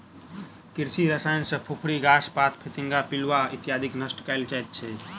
कृषि रसायन सॅ फुफरी, घास पात, फतिंगा, पिलुआ इत्यादिके नष्ट कयल जाइत छै